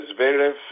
Zverev